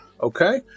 okay